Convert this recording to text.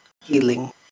healing